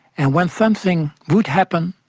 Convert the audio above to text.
and when something would happen,